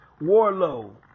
Warlow